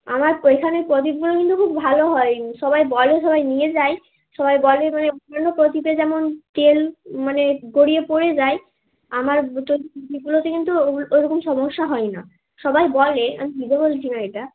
আমার এখানে প্রদীপগুলো কিন্তু খুব ভালো হয় সবাই বলে সবাই নিয়ে যায় সবাই বলে মানে অন্যান্য প্রদীপে যেমন তেল মানে গড়িয়ে পড়ে যায় আমার তৈরি প্রদীপগুলোতে কিন্তু ওগুলো ওই রকম সমস্যা হয় না সবাই বলে আমি নিজে বলছি না এটা